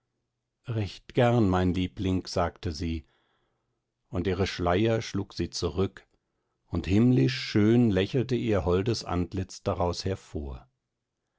recht gern mein liebling sagte sie und ihre schleier schlug sie zurück und himmlisch schön lächelte ihr holdes antlitz daraus hervor